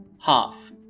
half